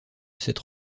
cette